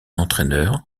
entraîneur